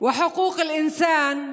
וזכויות האדם הוא,